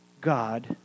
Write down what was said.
God